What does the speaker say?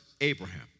Abraham